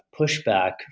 pushback